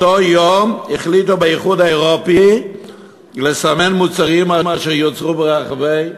באותו יום החליטו באיחוד האירופי לסמן מוצרים שיוצרו ברחבי